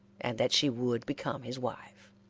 and that she would become his wife.